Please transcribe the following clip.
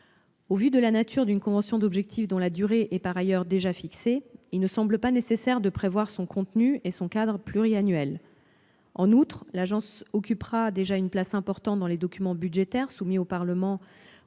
Au vu de la nature d'une convention d'objectifs dont la durée est par ailleurs déjà fixée, il ne semble pas nécessaire de prévoir dans la loi son contenu et son cadre pluriannuel. En outre, l'agence occupera déjà une place importante dans les documents budgétaires soumis au Parlement